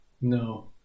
No